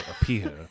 appear